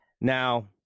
Now